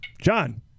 John